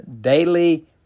daily